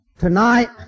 Tonight